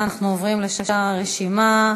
אנחנו עוברים לשאר הרשימה.